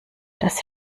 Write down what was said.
das